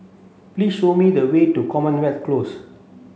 please show me the way to Commonwealth Close